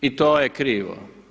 I to je krivo.